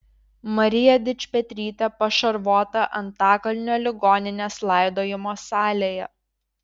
marija dičpetrytė pašarvota antakalnio ligoninės laidojimo salėje